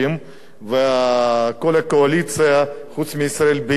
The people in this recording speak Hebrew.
וכל הקואליציה, חוץ מישראל ביתנו, כן,